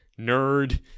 Nerd